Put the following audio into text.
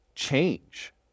Change